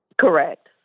Correct